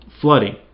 Flooding